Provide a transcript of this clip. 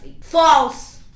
False